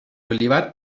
olivar